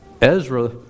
Ezra